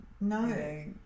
no